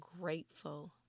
grateful